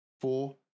Four